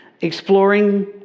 exploring